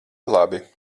labi